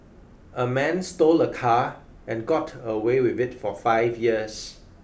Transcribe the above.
a man stole a car and got away with it for five years